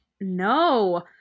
no